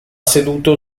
seduto